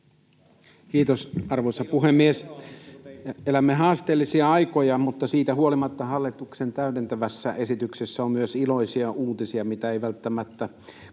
Kiitos, arvoisa puhemies! Elämme haasteellisia aikoja, mutta siitä huolimatta hallituksen täydentävässä esityksessä on myös iloisia uutisia, mikä ei välttämättä